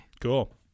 Cool